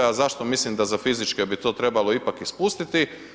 A zašto mislim da za fizičke bi to trebalo ipak ispustiti?